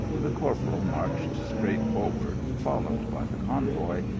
the corporal marched straight forward, followed by the convoy,